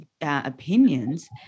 opinions